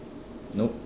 nope